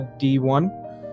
D1